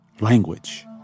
language